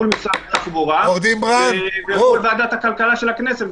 מול משרד התחבורה ומול ועדת הכלכלה של הכנסת,